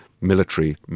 military